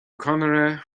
conaire